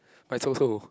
but it's also